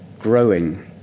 growing